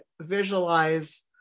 visualize